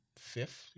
fifth